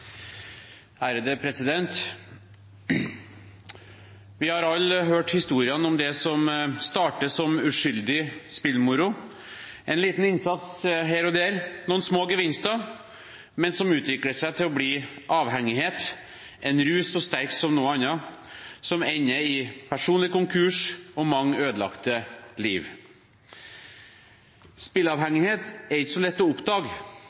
som uskyldig spillemoro – en liten innsats her og der, noen små gevinster – men som utvikler seg til å bli avhengighet, en rus så sterk som noe annet, som ender i personlig konkurs og mange ødelagte liv. Spilleavhengighet er ikke så lett å